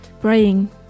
praying